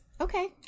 okay